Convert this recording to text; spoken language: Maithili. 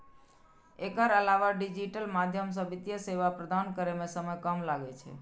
एकर अलावा डिजिटल माध्यम सं वित्तीय सेवा प्रदान करै मे समय कम लागै छै